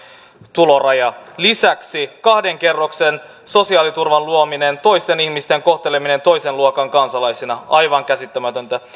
tuloraja lisäksi kahden kerroksen sosiaaliturvan luominen toisten ihmisten kohteleminen toisen luokan kansalaisina aivan käsittämätöntä